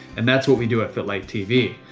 and that's what we do at fitlifetv.